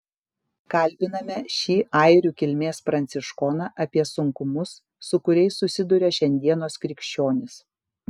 kalbiname šį airių kilmės pranciškoną apie sunkumus su kuriais susiduria šiandienos krikščionys